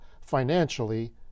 financially